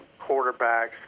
Quarterbacks